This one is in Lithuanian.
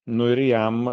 nu ir jam